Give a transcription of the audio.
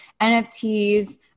NFTs